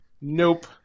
Nope